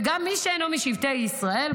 וגם מי שאינו משבטי ישראל,